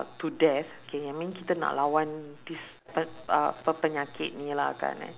to death K I mean kita nak lawan this pa~ uh pe~ penyakit ni lah kan eh